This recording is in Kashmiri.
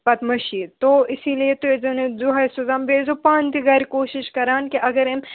پَتہٕ مٔشیٖد تو اسی لیے تُہۍ ٲسۍزیون یہِ دۄہَے سوزان بیٚیہِ ٲسۍزیو پانہٕ تہِ گَرِ کوٗشِش کران کہِ اگر أمۍ